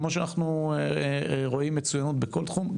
כמו שאנחנו רואים מצוינות בכל תחום,